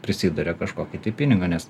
prisiduria kažkokį tai pinigą nes